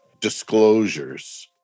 disclosures